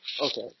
Okay